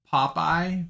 Popeye